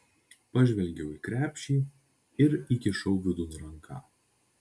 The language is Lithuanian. pažvelgiau į krepšį ir įkišau vidun ranką